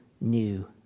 new